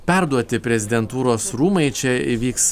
perduoti prezidentūros rūmai čia įvyks